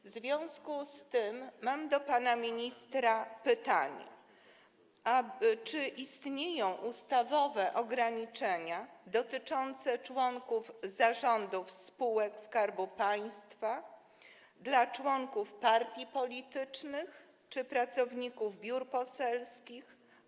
W związku z tym mam do pana ministra pytanie: Czy istnieją ustawowe ograniczenia dotyczące członków zarządów spółek Skarbu Państwa dla członków partii politycznych czy pracowników biur poselskich?